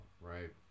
right